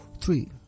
three